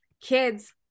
kids